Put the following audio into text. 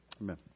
Amen